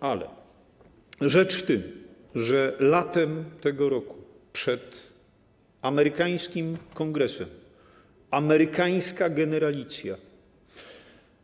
Ale rzecz w tym, że latem tego roku przed amerykańskim Kongresem amerykańska generalicja